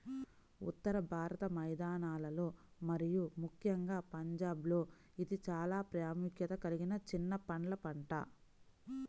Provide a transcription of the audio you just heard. ఉత్తర భారత మైదానాలలో మరియు ముఖ్యంగా పంజాబ్లో ఇది చాలా ప్రాముఖ్యత కలిగిన చిన్న పండ్ల పంట